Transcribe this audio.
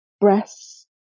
breasts